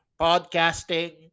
podcasting